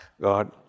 God